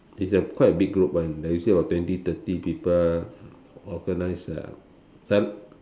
it's a quite a big group [one] then you see about twenty thirty people organise uh